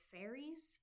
Fairies